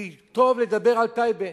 כי טוב לדבר על טייבה.